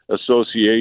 association